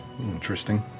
Interesting